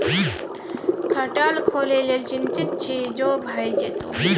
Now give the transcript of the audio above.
खटाल खोलय लेल चितिंत छी जो भए जेतौ